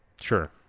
sure